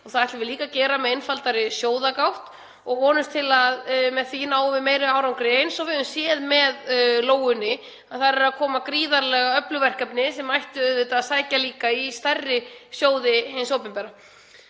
Það ætlum við líka að gera með einfaldari sjóðagátt og vonumst til að með því náum við meiri árangri, eins og við höfum séð með Lóu. Þar eru að koma gríðarlega öflug verkefni sem ættu auðvitað líka að sækja í stærri sjóði hins opinbera.